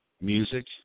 music